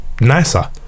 nicer